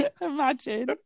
Imagine